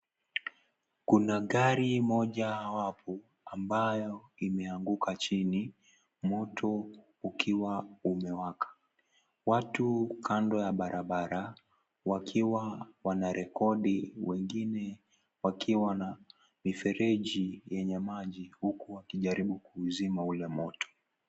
Kuna gari moja hapo ambayo imeanguka chini moto ukiwa umewaka. Watu kando ya barabara wakiwa wanarekodi wengine wakiwa na mifereji wenye maji huku wakijaribu kuuzima ule moto.